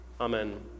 Amen